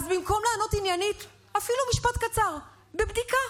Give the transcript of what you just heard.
אז במקום לענות עניינית אפילו משפט קצר: "בבדיקה",